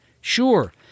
Sure